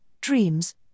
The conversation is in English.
Dreams